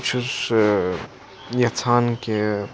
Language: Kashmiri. بہٕ چھُس یَژھان کہِ